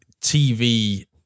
TV